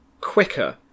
quicker